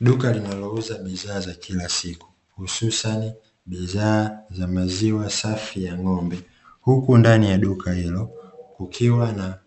Duka linalouza bidhaa za kila siku hususani bidhaa za maziwa safi ya ng'ombe, huku ndani ya duka hilo kukiwa na